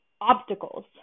obstacles